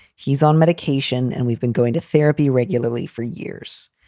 he's on medication. and we've been going to therapy regularly for years.